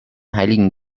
heiligen